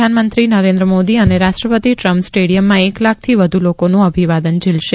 પ્રધાનમંત્રી નરેન્દ્ર મોદી અને રાષ્ટ્રપતિ ટ્રમ્પ સ્ટેડીયમમાં એક લાખથી વધુ લોકોનું અભિવાદન ઝીલશે